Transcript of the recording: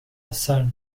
assar